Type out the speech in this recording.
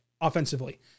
offensively